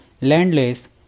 Landless